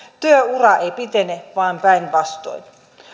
työura ei pitene vaan päinvastoin